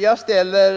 Jag ställer